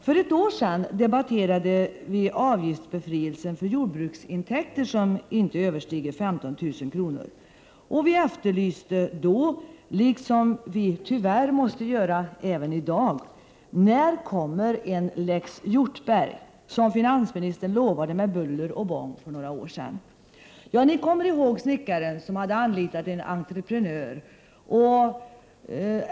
För ett år sedan debatterade vi avgiftsbefrielse för jordbruksintäkter som inte överstiger 15 000 kr., och vi frågade då, liksom vi tyvärr måste göra även i dag: När kommer en lex Hjortberg, som finansministern med buller och bång lovade för några år sedan? Ni kommer ihåg snickaren som hade anlitat en entreprenör.